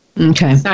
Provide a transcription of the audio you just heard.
Okay